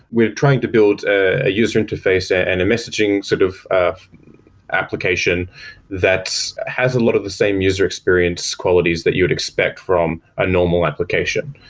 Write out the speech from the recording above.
we're trying to build a user interface and a messaging sort of of application that has a lot of the same user experience qualities that you would expect from a normal application.